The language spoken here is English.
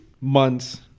months